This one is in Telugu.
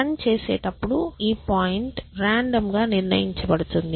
రన్ చేసేటపుడు ఈ పాయింట్ రాండమ్గా నిర్ణయించబడుతుంది